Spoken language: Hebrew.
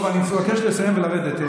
טוב, אני מבקש לסיים ולרדת.